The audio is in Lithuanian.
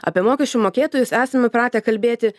apie mokesčių mokėtojus esame pratę kalbėti